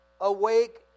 Awake